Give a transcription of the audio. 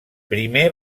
primer